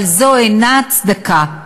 אבל זו אינה הצדקה,